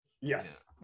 Yes